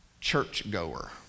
church-goer